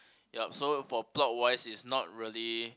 yup so for plot wise is not really